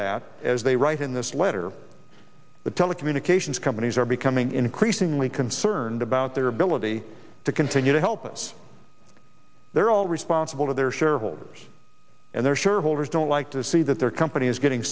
that as they write in this letter the telecommunications companies are becoming increasingly concerned about their ability to continue to help us they're all responsible to their shareholders and their shareholders don't like to see that their company is getting